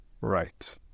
right